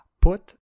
put